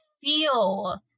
feel